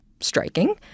striking